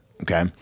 Okay